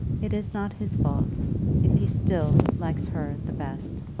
it is not his fault if he still likes her the best.